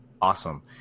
awesome